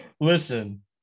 Listen